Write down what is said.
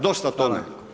Dosta tome.